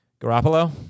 Garoppolo